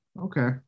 Okay